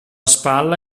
spalla